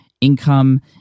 income